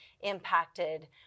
impacted